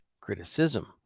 criticism